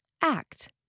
act